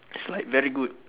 he's like very good